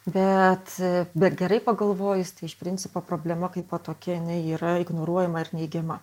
bet bet gerai pagalvojus tai iš principo problema kaipo tokia jinai yra ignoruojama ir neigiama